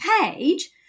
page